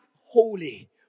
holy